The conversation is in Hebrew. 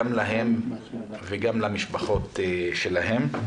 גם להם וגם למשפחות שלהם.